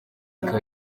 ariko